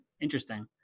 interesting